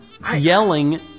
Yelling